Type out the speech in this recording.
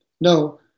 no